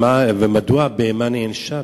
מדוע הבהמה נענשה בכלל,